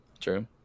true